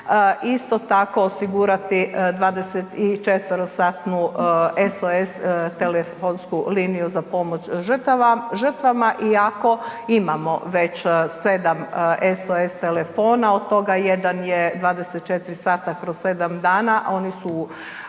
Isto tako, osigurati 24-satnu SOS telefonsku liniju za pomoć žrtvama iako imamo već 7 SOS telefona, od toga, jedan je 24 sata kroz 7 dana, a oni su